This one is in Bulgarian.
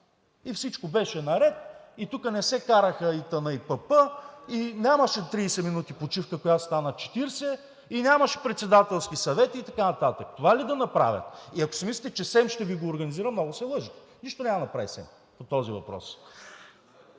и всичко беше наред, и тук не се караха ИТН и ПП, и нямаше 30 минути почивка, която стана 40, и нямаше Председателски съвет, и така нататък?! Това ли да направят? Ако си мислите, че СЕМ ще Ви го организира, много се лъжете – нищо няма да направи СЕМ по този въпрос.